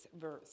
verse